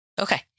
Okay